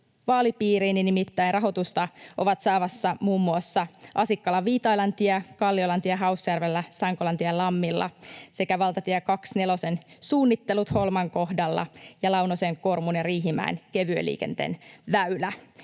vaalipiiriini, nimittäin rahoitusta ovat saamassa muun muassa Asikkalan Viitailantie, Kalliolantie Hausjärvellä, Sankolantie Lammilla sekä valtatie 24:n suunnittelut Holman kohdalla ja Launosen, Kormun ja Riihimäen kevyen liikenteen väylä.